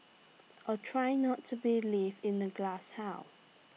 or try not to be live in A glasshouse